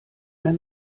mehr